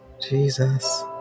Jesus